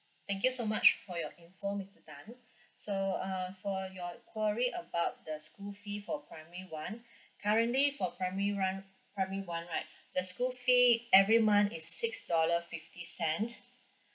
thank you so much for your info mister tan so uh for your query about the school fee for primary one currently for primary run primary one right the school fee every month is six dollar fifty cents